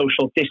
social